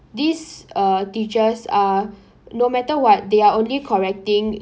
these uh teachers are no matter what they are only correcting